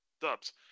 dubs